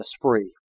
free